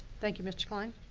thank you mr. clyne.